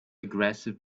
aggressive